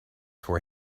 for